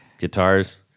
guitars